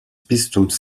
bistums